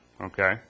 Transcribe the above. Okay